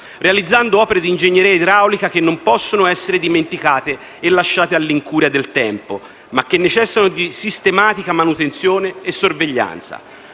realizzando opere di ingegneria idraulica che non possono essere poi dimenticate e lasciate all'incuria del tempo, ma che necessitano di sistematica manutenzione e sorveglianza.